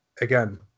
again